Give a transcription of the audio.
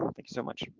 um thank you so much.